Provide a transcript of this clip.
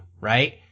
Right